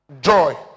Joy